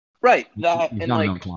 Right